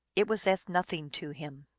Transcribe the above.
it was as nothing to him.